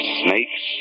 snakes